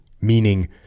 meaning